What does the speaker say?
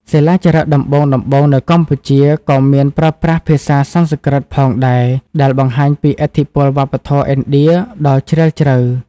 សិលាចារឹកដំបូងៗនៅកម្ពុជា ក៏មានប្រើប្រាស់ ភាសាសំស្ក្រឹត ផងដែរ ដែលបង្ហាញពីឥទ្ធិពលវប្បធម៌ឥណ្ឌាដ៏ជ្រាលជ្រៅ។